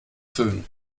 föhn